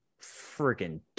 freaking